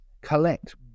collect